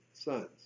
sons